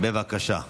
בבקשה,